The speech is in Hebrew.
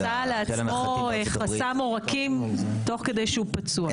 הוא עשה לעצמו חוסם עורקים תוך כדי שהוא פצוע.